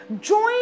join